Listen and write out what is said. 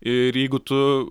ir jeigu tu